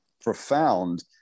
profound